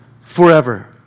forever